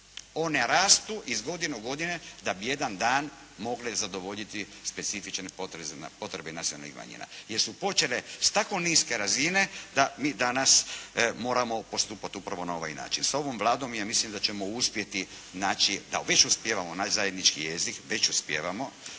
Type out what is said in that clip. one rastu iz godine u godinu da bi jedan dan mogle zadovoljiti specifične potrebe nacionalnih manjina. Jer su počele s tako niske razine da mi danas moramo postupati upravo na ovaj način. Sa ovom Vladom ja mislim da ćemo uspjeti naći, da već uspijevamo naći zajednički jezik, već uspijevamo